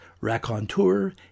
raconteur